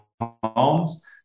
homes